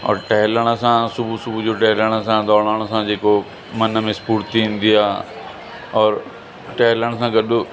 और टहिलण सां सुबूह सुबू्ह जो टहिलण सां ॾोड़ण सां जेको मन में स्फूर्ति ईंदी आहे और टहिलण सां गॾु